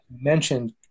mentioned